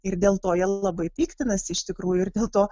ir dėl to jie labai piktinasi iš tikrųjų ir dėl to